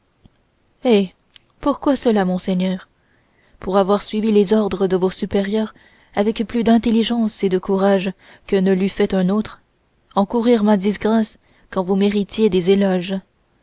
eh pourquoi cela monsieur pour avoir suivi les ordres de vos supérieurs avec plus d'intelligence et de courage que ne l'eût fait un autre encourir ma disgrâce quand vous méritiez des éloges